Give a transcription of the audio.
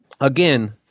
again